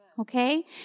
okay